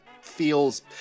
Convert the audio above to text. feels